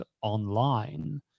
online